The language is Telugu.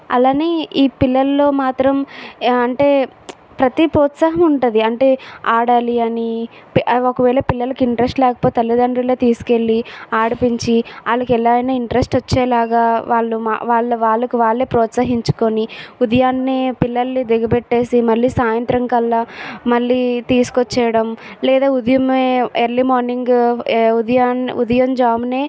అలాగే ఈ పిల్లల్లో మాత్రం అంటే ప్రతి ప్రోత్సాహం ఉంటుంది అంటే ఆడాలి అని పి ఒకవేళ పిల్లలకి ఇంట్రెస్ట్ లేకపోతే తల్లితండ్రులు తీసుకెళ్ళి ఆడిపించి వాళ్ళకి ఎలా అయినా ఇంట్రెస్ట్ వచ్చేలాగా వాళ్ళు వాళ్ళకు వాళ్ళు వాళ్ళే ప్రోత్సహించుకొని ఉదయాన్నే పిల్లల్ని దిగబెట్టేసి మళ్ళీ సాయంత్రం కల్లా మళ్ళీ తీసుకొచ్చేయడం లేదా ఉదయం ఎర్లీ మార్నింగ్ ఉదయాన్నే ఉదయం జామునే